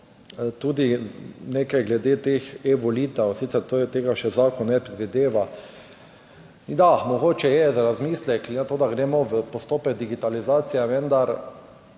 tudi nekaj glede teh e-volitev, sicer tega še zakon ne predvideva. Mogoče je za razmislek, glede na to, da gremo v postopek digitalizacije, vendar